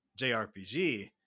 jrpg